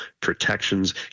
protections